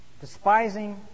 despising